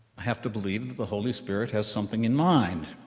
have to believe that the holy spirit has something in mind.